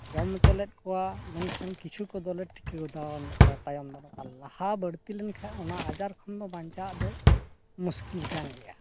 ᱡᱚᱢ ᱦᱚᱪᱚ ᱞᱮᱫ ᱠᱟᱣᱟ ᱢᱮᱱᱠᱷᱟᱱ ᱠᱤᱪᱷᱩ ᱠᱚᱫᱚᱞᱮ ᱴᱤᱠᱟᱹᱣ ᱫᱟᱨᱟᱢ ᱞᱮᱫ ᱠᱚᱣᱟ ᱛᱟᱭᱚᱢ ᱫᱟᱨᱟᱢ ᱟᱨ ᱞᱟᱦᱟ ᱵᱟᱹᱲᱛᱤ ᱞᱮᱱᱠᱷᱟᱱ ᱚᱱᱟ ᱟᱡᱟᱨ ᱠᱷᱚᱱ ᱫᱚ ᱵᱟᱧᱪᱟᱜ ᱫᱚ ᱢᱩᱥᱠᱤᱞ ᱜᱠᱟᱱ ᱜᱮᱭᱟ